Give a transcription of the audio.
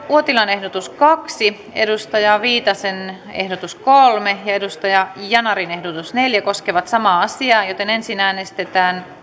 uotilan ehdotus kaksi pia viitasen ehdotus kolme ja ozan yanarin ehdotus neljä koskevat samaa määrärahaa ensin äänestetään